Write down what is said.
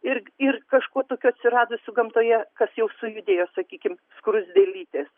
ir ir kažkuo tokiu atsiradusiu gamtoje kas jau sujudėjo sakykim skruzdėlytės